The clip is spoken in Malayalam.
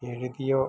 എഴുതിയോ